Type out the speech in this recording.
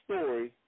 Story